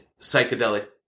psychedelic